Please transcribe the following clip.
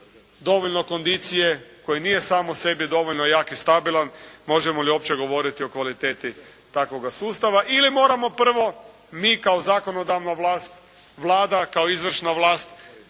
dovoljno kondicije, organizam koji nije dovoljno jak i stabilan možemo li uopće govoriti o kvaliteti takvoga sustava ili moramo prvo mi kao zakonodavna vlast, Vlada, kao izvršna vlast,